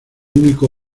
único